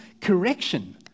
correction